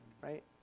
Right